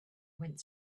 went